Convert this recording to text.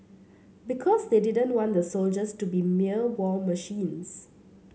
because they didn't want the soldiers to be mere war machines